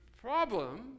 problem